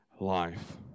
life